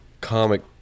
comic